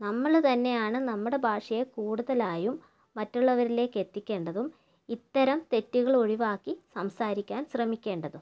നമ്മള് തന്നെയാണ് നമ്മുടെ ഭാഷയെ കൂടുതലായും മറ്റുള്ളവരിലേക്ക് എത്തിക്കേണ്ടതും ഇത്തരം തെറ്റുകൾ ഒഴിവാക്കി സംസാരിക്കാൻ ശ്രമിക്കേണ്ടതും